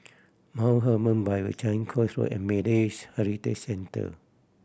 Mount Hermon Bible Changi Coast Road and Malays Heritage Centre